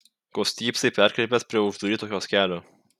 ko stypsai perkrypęs prie uždaryto kioskelio